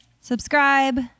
subscribe